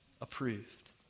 approved